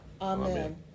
Amen